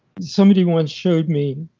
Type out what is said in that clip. somebody once showed me,